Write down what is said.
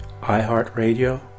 iHeartRadio